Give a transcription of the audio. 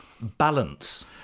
Balance